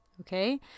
okay